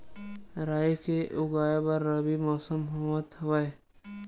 राई के उगाए बर रबी मौसम होवत हवय?